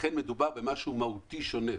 לכן מדובר במשהו מהותי שונה,